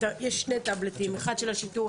שני טאבלטים: אחד של השיטור,